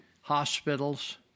hospitals